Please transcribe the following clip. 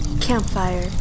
Campfire